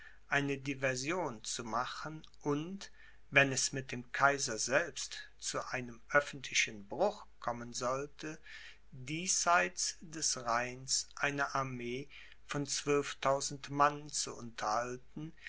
eine diversion zu machen und wenn es mit dem kaiser selbst zu einem öffentlichen bruch kommen sollte diesseits des rheins eine armee von zwölftausend mann zu unterhalten